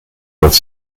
with